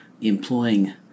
employing